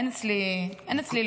אין אצלי "לא".